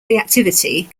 reactivity